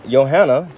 Johanna